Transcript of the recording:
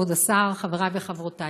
כבוד השר, חברי וחברותי,